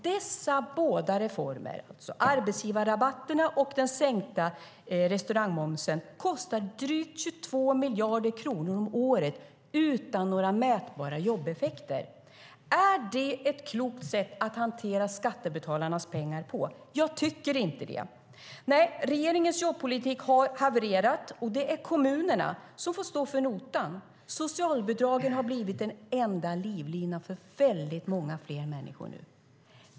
Dessa båda reformer, alltså arbetsgivarrabatterna och den sänkta restaurangmomsen, kostar drygt 22 miljarder kronor om året utan några mätbara jobbeffekter. Är det ett klokt sätt att hantera skattebetalarnas pengar? Jag tycker inte det. Regeringens jobbpolitik har havererat, och det är kommunerna som får stå för notan. Socialbidragen har blivit den enda livlinan för väldigt många fler människor nu.